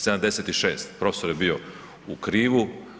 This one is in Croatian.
76, profesor je bio u krivu.